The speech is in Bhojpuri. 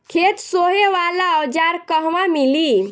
खेत सोहे वाला औज़ार कहवा मिली?